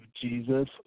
Jesus